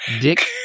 Dick